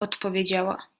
odpowiedziała